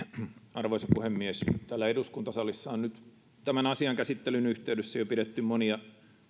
arvoisa puhemies täällä eduskuntasalissa on nyt tämän asian käsittelyn yhteydessä pidetty jo monia